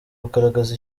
kugaragaza